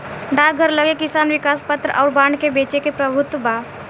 डाकघर लगे किसान विकास पत्र अउर बांड के बेचे के प्रभुत्व बा